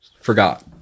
Forgot